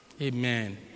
Amen